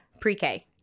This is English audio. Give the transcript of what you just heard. pre-K